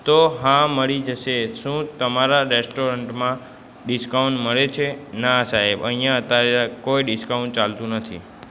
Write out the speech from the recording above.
તો હા મળી જશે શું તમારા રેસ્ટોરન્ટમાં ડિસ્કાઉન્ટ મળે છે ના સાહેબ અહીંયા અત્યારે કોઈ ડિસ્કાઉન્ટ ચાલતું નથી